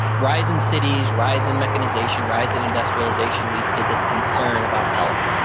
rise in cities, rise in mechanization, rise in industrialization leads to this concern about health,